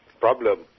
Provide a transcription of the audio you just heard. problem